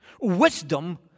Wisdom